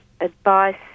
advice